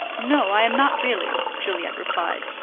no, i am not really, juliet replied.